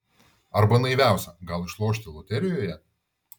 arba naiviausia gal išlošti loterijoje